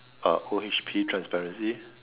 O_H_P transparency